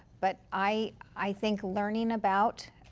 but i i think learning about